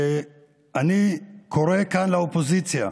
אני קורא כאן לאופוזיציה,